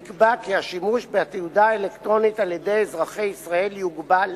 נקבע כי השימוש בתעודה האלקטרונית על-ידי אזרחי ישראל יוגבל